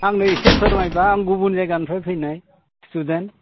आंनो इसे फोरमायब्ला आं गुबुन जायगानिफ्राय फैनाय स्टुडेन